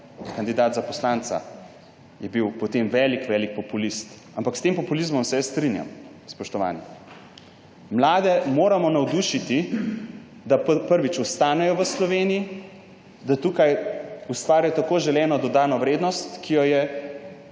kandidat za poslanca, je bil potem velik velik populist. Ampak s tem populizmom se jaz strinjam, spoštovani. Mlade moramo navdušiti, da, prvič, ostanejo v Sloveniji, da tukaj ustvarjajo tako želeno dodano vrednost, ki jo je